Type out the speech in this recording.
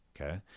okay